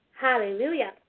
Hallelujah